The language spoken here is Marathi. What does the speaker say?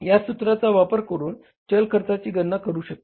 या सूत्राचा वापर करून चल खर्चाची गणना करू शकता